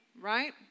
right